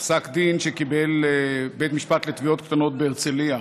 בפסק דין שקיבל בית משפט לתביעות קטנות בהרצליה.